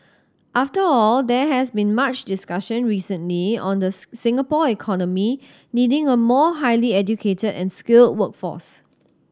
after all there has been much discussion recently on the Singapore economy needing a more highly educated and skilled workforce